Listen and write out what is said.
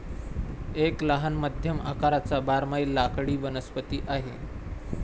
एक लहान मध्यम आकाराचा बारमाही लाकडी वनस्पती आहे